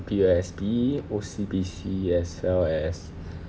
P_O_S_B O_C_B_C as well as